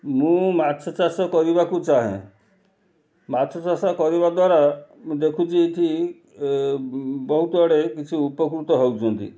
ମୁଁ ମାଛ ଚାଷ କରିବାକୁ ଚାହେଁ ମାଛ ଚାଷ କରିବା ଦ୍ୱାରା ମୁଁ ଦେଖୁଚି ଏଠି ବହୁତ ଆଡ଼େ କିଛି ଉପକୃତ ହେଉଛନ୍ତି